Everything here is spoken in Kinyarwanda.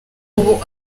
ubu